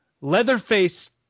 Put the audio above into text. Leatherface